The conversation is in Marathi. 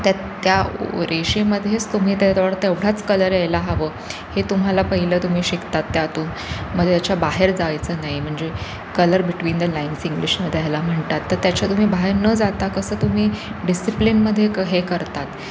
त्या त्या रेषेमध्येच तुम्ही त्याजवळ एवढाच कलर यायला हवं हे तुम्हाला पहिलं तुम्ही शिकतात त्यातून मग त्याच्या बाहेर जायचं नाही म्हणजे कलर बिट्वीन द लाईन्स इंग्लिशमध्ये ह्याला म्हणतात तर त्याच्या तुम्ही बाहेर न जाता कसं तुम्ही डिसिप्लिनमध्ये क हे करतात